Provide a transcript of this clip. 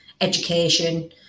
education